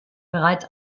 bereits